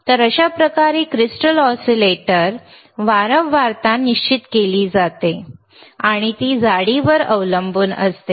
तर अशा प्रकारे क्रिस्टल ऑसीलेटर वारंवारता निश्चित केली जाते आणि ती जाडीवर अवलंबून असते